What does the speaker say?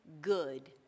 good